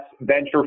venture